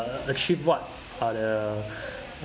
a~ achieve what are the